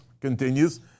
continues